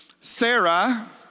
Sarah